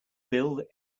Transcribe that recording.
build